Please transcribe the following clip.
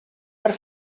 per